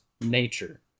nature